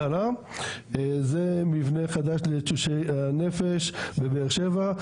זה מבנה חדש לתשושי נפש בבאר שבע,